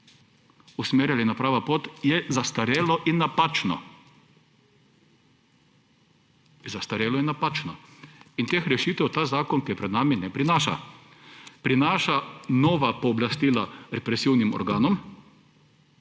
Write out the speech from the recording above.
usmerjali na prava pot, je zastarelo in napačno. Zastarelo in napačno in teh rešitev ta zakon, ki je pred nami, ne prinaša. Prinaša nova pooblastila represivnim organom